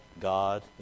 God